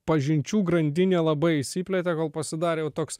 pažinčių grandinė labai įsiplėtė gal pasidarė toks